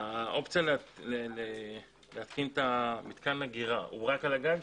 האפשרות להתקין את מתקן האגירה הוא רק על הגג?